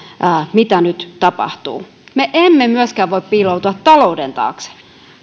mitä nyt tapahtuu me emme myöskään voi piiloutua talouden taakse